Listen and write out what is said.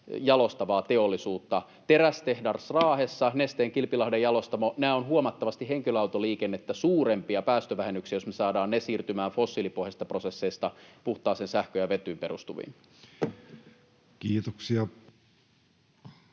jalostavaa teollisuutta. Terästehdas Raahessa ja Nesteen Kilpilahden jalostamo ovat huomattavasti henkilöautoliikennettä suurempia päästövähennyksiä, jos me saadaan ne siirtymään fossiilipohjaisista prosesseista puhtaaseen sähköön ja vetyyn perustuviin. [Speech